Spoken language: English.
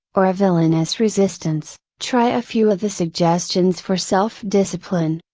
or a villainous resistance, try a few of the suggestions for self discipline,